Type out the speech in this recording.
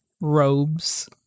robes